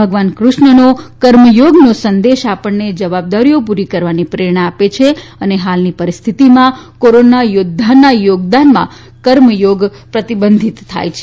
ભગવાન કૃષ્ણનો કર્મથોગનો સંદેશ આપણને જવાબદારીઓ પુરી કરવાની પ્રેરણા આપે છે અને કાળની પરિસ્થિતિમાં કોરોના યોધ્ધાઓના યોગદાનમાં કર્મથોગ પ્રતિબંધીત થાય છે